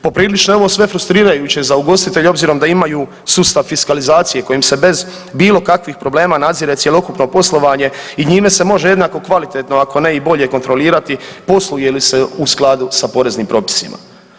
Poprilično je ovo sve frustrirajuće za ugostitelje obzirom da imaju sustav fiskalizacije kojim se bez bilo kakvih problema nadzire cjelokupno poslovanje i njime se može jednako kvalitetno ako ne i bolje kontrolirati posluje li se u skladu sa poreznim propisima.